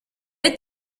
est